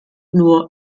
nur